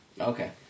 Okay